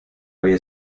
había